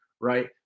right